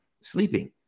sleeping